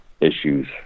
issues